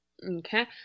Okay